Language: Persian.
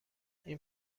این